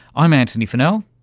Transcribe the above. i'm antony funnell,